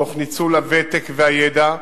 תוך ניצול הוותק והידע,